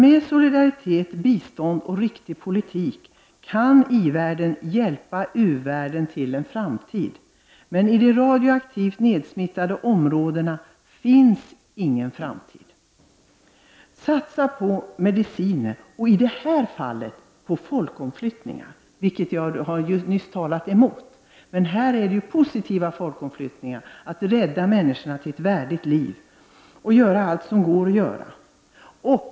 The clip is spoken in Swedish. Genom solidaritet, bistånd och en riktig politik kan i-världen hjälpa u-världen till en framtid. Men i de radioaktivt nedsmittade områdena finns ingen framtid. Satsa på mediciner och i detta fall på folkomflyttningar, något som jag nyss talade emot. Men här är det fråga om positiv folkomflyttning. Det handlar nämligen om att rädda människor till ett värdigt liv. Allt som kan göras måste göras.